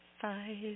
five